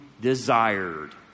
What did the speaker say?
desired